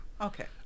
Okay